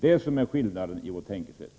Detta är skillnaden mellan våra synsätt.